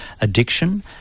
addiction